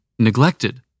neglected